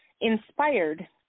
inspired